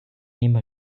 name